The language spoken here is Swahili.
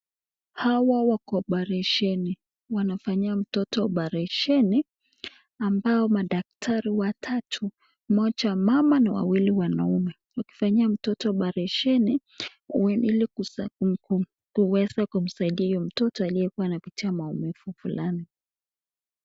Hawa wako paresheni wanafanyia mtoto oparasheni ambao madaktari watata moja ni mama na wawili ni wanaume wakifanyia mtoto oparasheni hili kuwesa kusaidia mtoto mtu alikuwa anapita maumifu fulani.